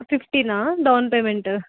ఫీఫ్టీనా down payment